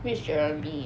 which jeremy